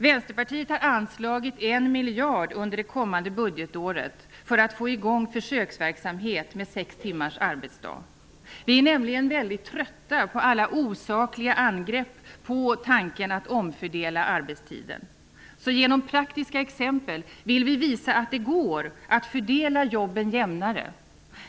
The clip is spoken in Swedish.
Vänsterpartiet har anslagit 1 miljard under det kommande budgetåret för att få i gång en försöksverksamhet med sex timmars arbetsdag. Vi är nämligen trötta på alla osakliga angrepp på tanken att omfördela arbetstiden. Genom praktiska exempel vill vi visa att det går att fördela jobben jämnare.